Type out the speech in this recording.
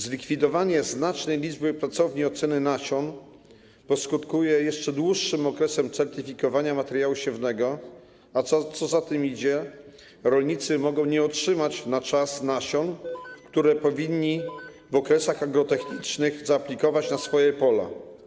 Zlikwidowanie znacznej liczby pracowni oceny nasion poskutkuje jeszcze dłuższym okresem certyfikowania materiału siewnego, a co za tym idzie, rolnicy mogą nie otrzymać na czas nasion, które powinni w okresach agrotechnicznych zaaplikować na swoje pola.